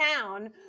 town